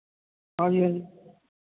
ਹਾਂਜੀ ਹਾਂਜੀ